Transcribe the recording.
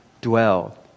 dwell